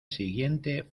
siguiente